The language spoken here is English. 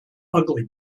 ugly